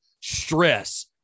stress